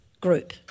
group